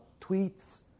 tweets